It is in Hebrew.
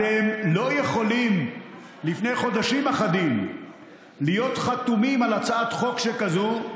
אתם לא יכולים לפני חודשים אחדים להיות חתומים על הצעת חוק שכזו,